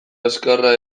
azkarra